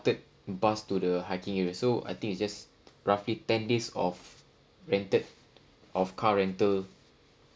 ~ted bus to the hiking area so uh it's just roughly ten days of rented of car rental